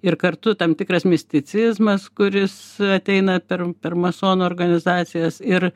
ir kartu tam tikras misticizmas kuris ateina per per masonų organizacijas ir